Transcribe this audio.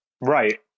Right